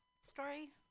story